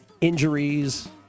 injuries